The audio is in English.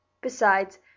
Besides